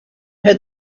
had